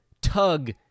tug